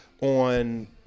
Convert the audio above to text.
on